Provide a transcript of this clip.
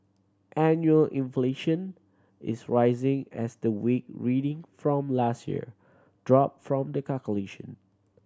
annual inflation is rising as the weak reading from last year drop from the calculation